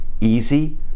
easy